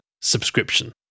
subscription